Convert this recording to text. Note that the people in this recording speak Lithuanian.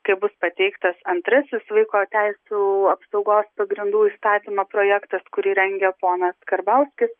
kai bus pateiktas antrasis vaiko teisių apsaugos pagrindų įstatymo projektas kurį rengia ponas karbauskis